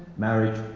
marriage,